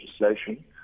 legislation